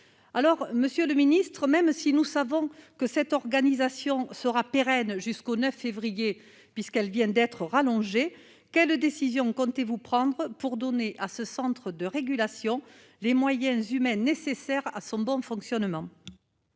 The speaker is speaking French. alors Monsieur le Ministre, même si nous savons que cette organisation sera pérenne, jusqu'au 9 février puisqu'elles viennent d'être rallongé quelle décision comptez-vous prendre pour donner à ce centre de régulation, les moyens humains nécessaires à son bon fonctionnement.